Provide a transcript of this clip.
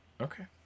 Okay